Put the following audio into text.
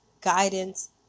guidance